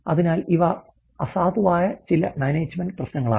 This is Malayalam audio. അതിനാൽ ഇവ അസാധുവായ ചില മാനേജുമെന്റ് പ്രശ്നങ്ങളാണ്